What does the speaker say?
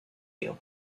you